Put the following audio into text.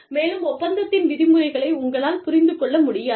மேலும் ஒப்பந்தத்தின் விதிமுறைகளை உங்களால் புரிந்து கொள்ள முடியாது